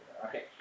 Okay